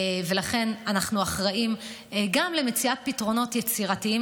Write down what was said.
ולכן אנחנו אחראים גם למציאת פתרונות יצירתיים